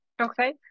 Okay